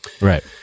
Right